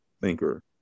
thinker